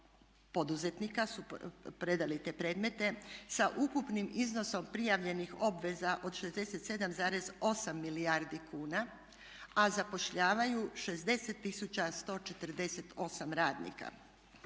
poduzetnici su predali te predmete sa ukupnim iznosom prijavljenih obveza od 67,8 milijardi kuna, a zapošljavaju 60 148 radnika.